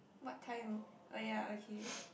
what time oh ya okay